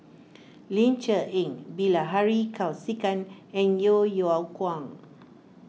Ling Cher Eng Bilahari Kausikan and Yeo Yeow Kwang